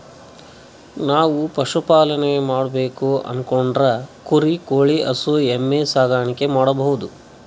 ನಾವ್ ಪಶುಪಾಲನೆ ಮಾಡ್ಬೇಕು ಅನ್ಕೊಂಡ್ರ ಕುರಿ ಕೋಳಿ ಹಸು ಎಮ್ಮಿ ಸಾಕಾಣಿಕೆ ಮಾಡಬಹುದ್